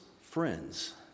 friends